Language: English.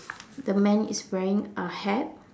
the man is wearing a hat